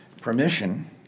permission